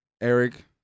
Eric